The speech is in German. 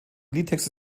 liedtexte